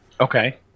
Okay